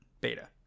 beta